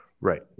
Right